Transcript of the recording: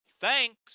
thanks